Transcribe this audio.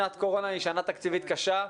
שנת קורונה היא שנה תקציבית קשה,